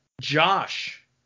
Josh